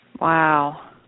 Wow